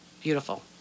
beautiful